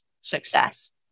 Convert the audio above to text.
success